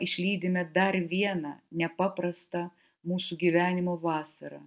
išlydime dar vieną nepaprastą mūsų gyvenimo vasarą